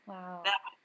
Wow